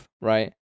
right